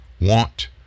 want